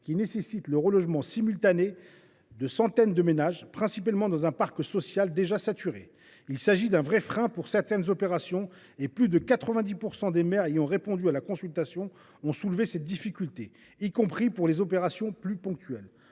qui nécessitent le relogement simultané de centaines de ménages, principalement dans un parc social déjà saturé. Il s’agit d’un vrai frein pour certaines opérations ; d’ailleurs, plus de 90 % des maires ayant répondu à la consultation ont soulevé cette difficulté, y compris pour des opérations plus ponctuelles.